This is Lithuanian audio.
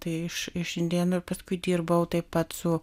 tai iš iš indėnų ir paskui dirbau taip pat su